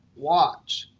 watch.